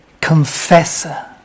confessor